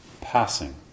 passing